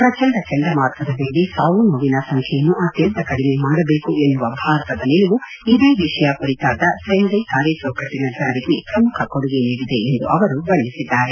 ಪ್ರಚಂಡ ಚಂಡಮಾರುತದ ವೇಳೆ ಸಾವು ನೋವಿನ ಸಂಖ್ಣೆಯನ್ನು ಅತ್ಯಂತ ಕಡಿಮೆ ಮಾಡಬೇಕು ಎನ್ನುವ ಭಾರತದ ನಿಲುವು ಇದೇ ವಿಷಯ ಕುರಿತಾದ ಸೆಂಡಯ್ ಕಾರ್ಯಚೌಕಟ್ಟನ ಜಾರಿಗೆ ಪ್ರಮುಖ ಕೊಡುಗೆ ನೀಡಿದೆ ಎಂದು ಅವರು ಬಣ್ಣಿಸಿದ್ದಾರೆ